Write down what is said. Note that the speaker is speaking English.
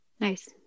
Nice